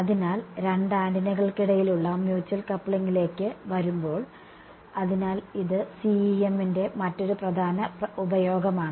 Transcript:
അതിനാൽ രണ്ട് ആന്റിനകൾക്കിടയിലുള്ള മ്യൂച്വൽ കപ്ലിംഗിലേക്ക് വരുമ്പോൾ അതിനാൽ ഇത് CEM ന്റെ മറ്റൊരു പ്രധാന ഉപയോഗമാണ്